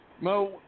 Mo